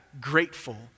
grateful